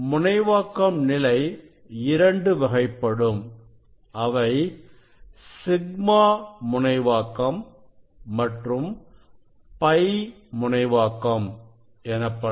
முனைவாக்கம் நிலை இரண்டு வகைப்படும் அவை σ முனைவாக்கம் மற்றும் π முனைவாக்கம் எனப்படும்